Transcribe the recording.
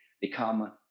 become